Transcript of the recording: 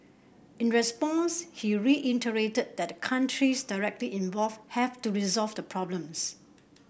in response he reiterated that the countries directly involved have to resolve the problems